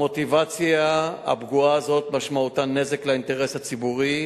המוטיבציה הפגועה הזאת משמעותה נזק לאינטרס הציבורי,